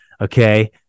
Okay